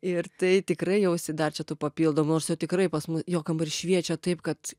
ir tai tikrai jau is dar čia tų papildomų tikrai pas mu jo kambarys šviečia taip kad